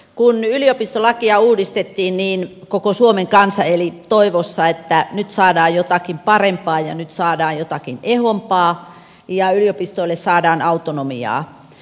kun yliopistolakia uudistettiin koko suomen kansa eli toivossa että nyt saadaan jotakin parempaa ja nyt saadaan jotakin ehompaa ja yliopistoille saadaan autonomiaa